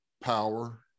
Power